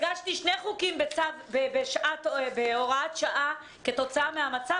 הגשתי שני חוקים בהוראת שעה כתוצאה מהמצב,